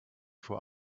for